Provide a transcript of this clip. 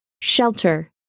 shelter